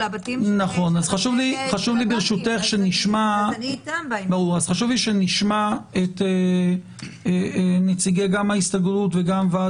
אז אני גם --- חשוב לי שנשמע את נציגי ההסתדרות ואת נציגות ועד